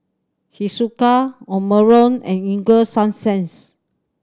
Hiruscar Omron and Ego Sunsense